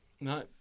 No